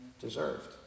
deserved